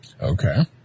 Okay